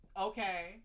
okay